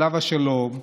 עליו השלום: